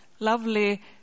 lovely